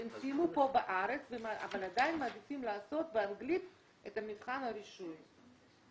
הם סיימו פה בארץ אבל עדיין מעדיפים לעשות את מבחן הרישוי באנגלית,